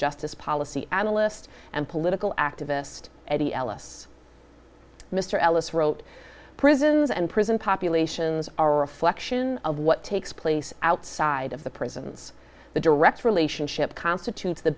justice policy analyst and political activist at the ellis mr ellis wrote prisons and prison populations are reflection of what takes place outside of the prisons the direct relationship constitutes the